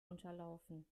unterlaufen